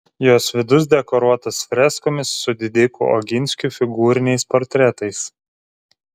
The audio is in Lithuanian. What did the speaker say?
jos vidus dekoruotas freskomis su didikų oginskių figūriniais portretais